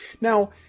Now